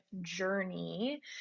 journey